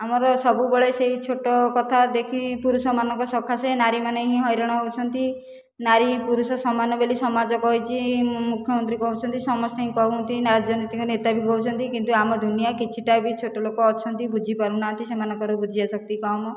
ଆମର ସବୁବେଳେ ସେହି ଛୋଟ କଥା ଦେଖି ପୁରୁଷ ମାନଙ୍କ ସକାଶେ ନାରୀମାନେ ହିଁ ହଇରାଣ ହେଉଛନ୍ତି ନାରୀ ପୁରୁଷ ସମାନ ବୋଲି ସମାଜ କହିଛି ମୁଖ୍ୟମନ୍ତ୍ରୀ କହୁଛନ୍ତି ସମସ୍ତେ କହୁଛନ୍ତି ରାଜନୈତିକ ନେତା ବି କହୁଛନ୍ତି କିନ୍ତୁ ଆମ ଦୁନିଆଁ କିଛିଟା ବି ଛୋଟ ଲୋକ ଅଛନ୍ତି ବୁଝି ପାରୁନାହାନ୍ତି ସେମାନଙ୍କର ବୁଝିବା ଶକ୍ତି କମ